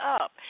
up